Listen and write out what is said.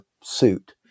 suit